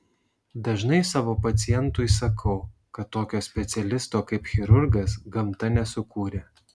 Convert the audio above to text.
dažnai savo pacientui sakau kad tokio specialisto kaip chirurgas gamta nesukūrė